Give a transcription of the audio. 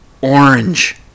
Orange